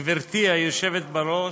גברתי היושבת-ראש,